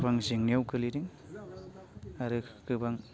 गोबां जेंनायाव गोग्लैदों आरो गोबां